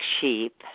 sheep